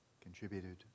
contributed